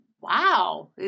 Wow